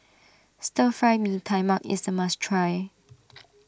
Stir Fry Mee Tai Mak is a must try